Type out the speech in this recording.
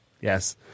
Yes